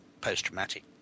post-traumatic